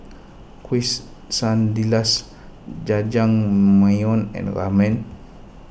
Quesadillas Jajangmyeon and Ramen